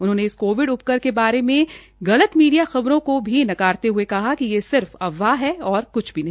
उन्होंने इस कोविड उपकर के बारे में गलत मीडिया खबरों को नकारते हये कहा कि से सिर्फ अफवाह है और क्छ नहीं